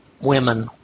women